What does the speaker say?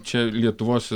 čia lietuvos